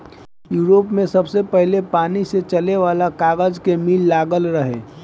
Europe में सबसे पहिले पानी से चले वाला कागज के मिल लागल रहे